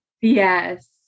Yes